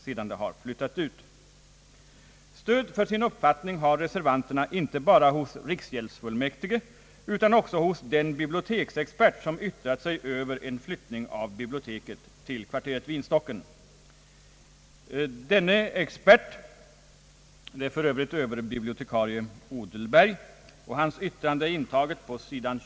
Stöd för denna uppfattning har reservanterna inte bara hos riksgäldsfullmäktige utan också hos den biblioteksexpert som yttrat sig över en flyttning av biblioteket till kvarteret Vinstocken. Denna expert — det är överbibliotekarie Odelberg; hans yttrande är intaget på sid.